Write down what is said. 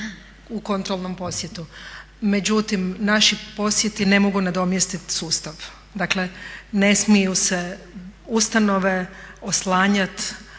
u kontrolnom posjetu. Međutim, naši posjeti ne mogu nadomjestit sustav. Dakle, ne smiju se ustanove oslanjati